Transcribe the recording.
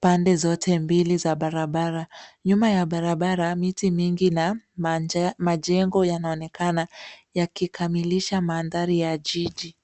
pande zote mbili za barabara. Nyuma ya barabara miti mingi na majengo yanaonekana yakikamilisha mandhari ya jiji.